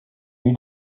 need